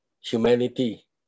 humanity